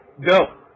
go